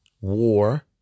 war